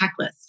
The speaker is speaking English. checklist